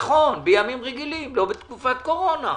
זה נכון, בימים רגילים, לא בתקופת קורונה.